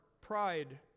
pride